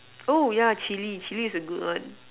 oh ya chilli chilli is a good one